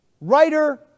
Writer